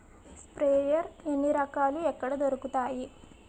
Sprayer ఎన్ని రకాలు? ఎక్కడ దొరుకుతాయి?